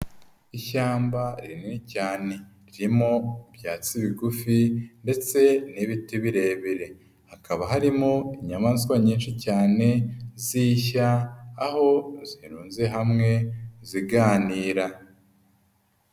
Ishyamba rinini cyane ririmo ibyatsi bigufi ndetse n'ibiti birebire, hakaba harimo inyamaswa nyinshi cyane z'ishya aho zirunze hamwe ziganira.